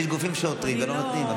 יש גופים שעותרים ולא נותנים.